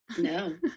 no